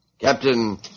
Captain